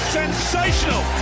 sensational